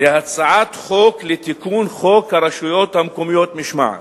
הצעת חוק לתיקון חוק הרשויות המקומיות (משמעת).